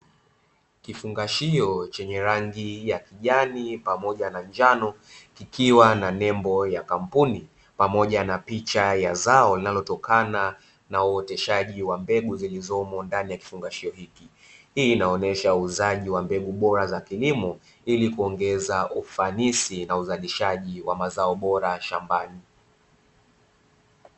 Kifunganyio chenye rangi ya kijani pamoja na njano, kikiwa na nembo ya kampuni pamoja na picha ya zao linalotokana na uoteshaji wa mbegu zilizomo ndani ya kifungashio hiki. Hii inaonyesha uuzaji wa mbegu bora za kiliomo ili kuongeza ufanisi na uzalishaji wa mazao bora shambani.